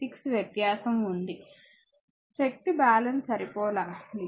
6 వ్యత్యాసం ఉంది శక్తి బ్యాలెన్స్ సరిపోలాలి